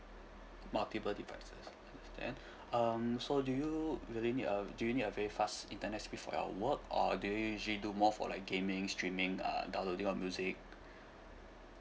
multiple devices okay then um so do you really need a do you need a very fast internet speed for your work or do you usually do more for like gaming streaming uh downloading your music